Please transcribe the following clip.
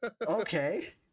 Okay